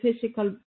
physical